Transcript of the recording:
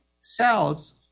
cells